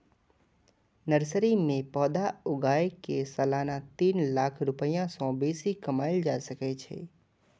nursery मे पौधा उगाय कें सालाना तीन लाख रुपैया सं बेसी कमाएल जा सकै छै